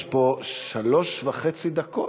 יש פה שלוש וחצי דקות.